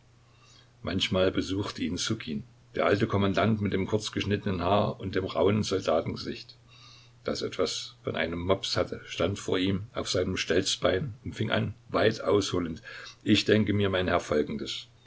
manchmal besuchte ihn ssukin der alte kommandant mit dem kurzgeschnittenen haar und dem rauhen soldatengesicht das etwas von einem mops hatte stand vor ihm auf seinem stelzbein und fing an weit ausholend ich denke mir mein herr folgendes